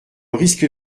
risque